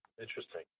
Interesting